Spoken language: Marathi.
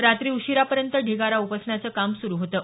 रात्री उशिरापर्यंत ढिगारा उपसण्याचं काम सुरु होतं